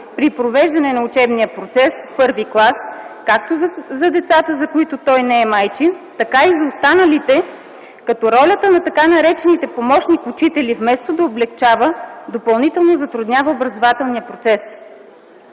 при провеждането на учебния процес в първи клас както за децата, за които той не е майчин, така и за останалите, като ролята на така наречените помощник-учители вместо да облекчава, допълнително затруднява образователния процес.